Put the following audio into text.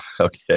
Okay